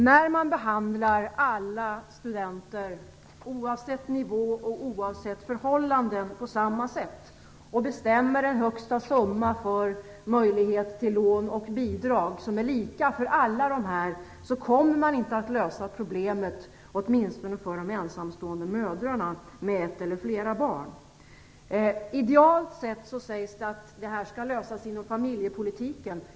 När man behandlar alla studenter, oavsett nivå och oavsett förhållanden, på samma sätt och bestämmer en högsta summa för möjlighet till lån och bidrag, som är lika för alla dessa, kommer man inte att lösa problemet, åtminstone inte för de ensamstående mödrarna med ett eller flera barn. Idealt sett, sägs att det här skall lösas inom familjepolitiken.